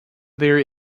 there